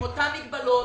עם אותן מגבלות,